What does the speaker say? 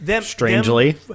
Strangely